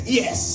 yes